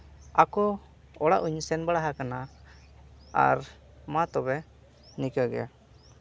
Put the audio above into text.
ᱟᱠᱚ ᱚᱲᱟᱜ ᱦᱚᱸᱧ ᱥᱮᱱ ᱵᱟᱲᱟ ᱟᱠᱟᱱᱟ ᱟᱨ ᱢᱟ ᱛᱚᱵᱮ ᱱᱤᱠᱟᱹ ᱜᱮ